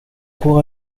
cours